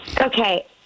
Okay